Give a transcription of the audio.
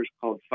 called